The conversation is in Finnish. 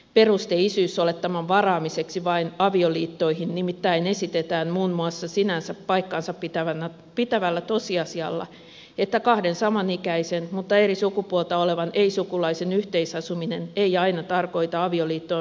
peruste isyysolettaman varaamiseksi vain avioliittoihin nimittäin esitetään muun muassa sinänsä paikkansa pitävällä tosiasialla että kahden samanikäisen mutta eri sukupuolta olevan ei sukulaisen yhteisasuminen ei aina tarkoita avioliittoon rinnastuvaa parisuhdetta